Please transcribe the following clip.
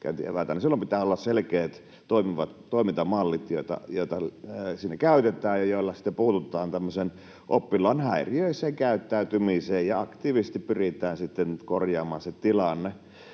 — pitää olla selkeät, toimivat toimintamallit, joita siinä käytetään ja joilla sitten puututaan tämmöisen oppilaan häiriöiseen käyttäytymiseen ja aktiivisesti pyritään korjaamaan se tilanne.